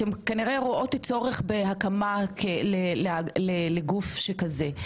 אתן כנראה רואות צורך בהקמה של גוף שכזה,